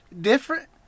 different